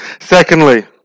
Secondly